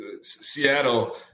Seattle